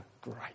great